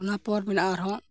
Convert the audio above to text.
ᱚᱱᱟ ᱯᱚᱨ ᱢᱮᱱᱟᱜᱼᱟ ᱟᱨᱦᱚᱸ